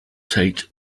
tait